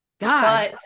God